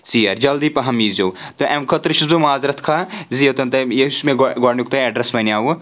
ژٕیٚیَر جلدی پَہم یٖزیو تہٕ اَمہِ خٲطرٕ چھُس بہٕ مازرَت خَاں زِ یوٚتَن تۄہہِ یہِ چھُس مےٚ گۄڈٕ گۄڈٕنیُک تۄہہِ اَیٚڈرَس وَنِوٕ